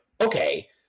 Okay